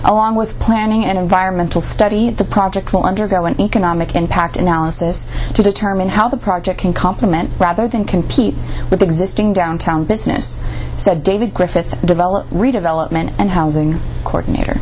along with planning and environmental study the project will undergo an economic impact analysis to determine how the project can complement rather than compete with existing downtown business said david griffith develop redevelopment and housing co